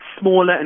smaller